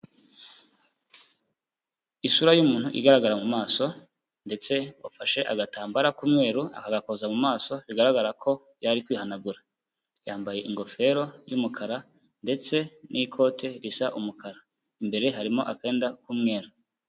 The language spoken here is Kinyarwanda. Isura y'umuntu igaragara mu maso, ndetse wafashe agatambaro k'umweru akagakoza mu maso bigaragara ko yari ari kwihanagura, yambaye ingofero y'umukara, ndetse n'ikote risa umukara, imbere harimo akenda k'umweru.